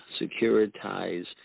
securitize